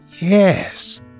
yes